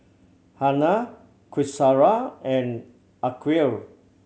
Hana Qaisara and Aqil